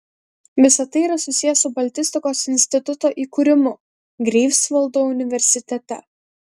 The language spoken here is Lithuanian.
visa tai yra susiję su baltistikos instituto įkūrimu greifsvaldo universitete